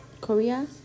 Korea